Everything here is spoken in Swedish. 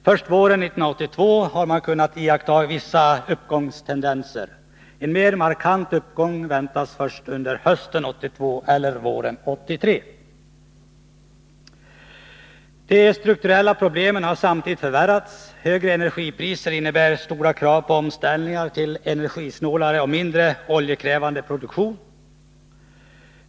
Först våren 1982 har man kunnat iaktta vissa uppgångstendenser. En mera markant uppgång väntas först under hösten 1982 eller våren 1983. De strukturella problemen har samtidigt förvärrats. Högre energipriser innebär stora krav på omställningar till energisnålare och mindre oljekrävande produktion.